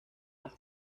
las